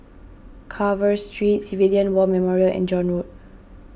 Carver Street Civilian War Memorial and John Road